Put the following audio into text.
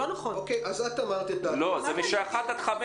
לא, זה מגיל אחד עד חמש.